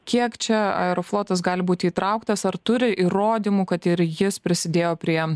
kiek čia aeroflotas gali būti įtrauktas ar turi įrodymų kad ir jis prisidėjo prie